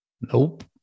Nope